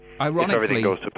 Ironically